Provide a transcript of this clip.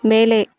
மேலே